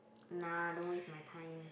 nah don't waste my time